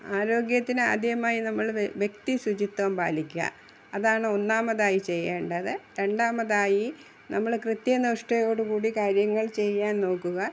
ആരോഗ്യത്തിനാദ്യമായി നമ്മൾ വ്യക് വ്യക്തി ശുചിത്വം പാലിക്കുക അതാണ് ഒന്നാമതായി ചെയ്യേണ്ടത് രണ്ടാമതായി നമ്മൾ കൃത്യനിഷ്ഠയോടു കൂടി കാര്യങ്ങൾ ചെയ്യാൻ നോക്കുക